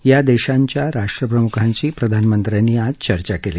या देशांच्या राष्ट्रप्रमुखांशी प्रधानमंत्र्यांनी आज चर्चा केली